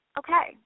okay